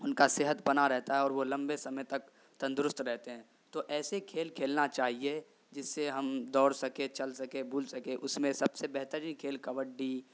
ان کا صحت بنا رہتا ہے اور وہ لمبے سمے تک تندرست رہتے ہیں تو ایسے کھیل کھیلنا چاہیے جس سے ہم دوڑ سکیں چل سکیں ہل سکیں اس میں سب سے بہتر کھیل کبڈی